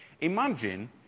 Imagine